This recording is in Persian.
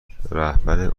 رهبر